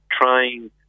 trying